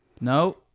No